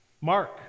Mark